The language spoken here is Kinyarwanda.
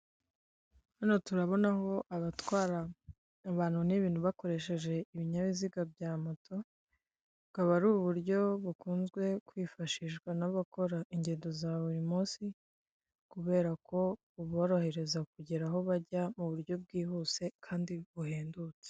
Hano turabonamo abatwara abantu n'ibintu bakoresheje ibinyabiziga bya moto akaba ari uburyo bukunze kwifashishwa n'abakora ingendo za buri munsi kubera buborohereza kugera aho bajya mu buryo bwihuse kandi buhendutse.